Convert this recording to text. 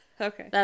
okay